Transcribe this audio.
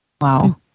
Wow